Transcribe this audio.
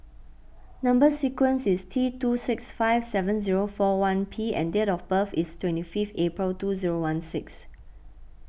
Number Sequence is T two six five seven zero four one P and date of birth is twenty fifth April two zero one six